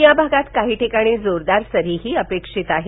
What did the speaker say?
या भागात काही ठिकाणी जोरदार सरीही अपेक्षित आहेत